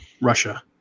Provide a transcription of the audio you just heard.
Russia